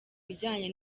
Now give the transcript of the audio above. bijyanye